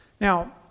Now